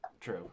True